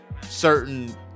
certain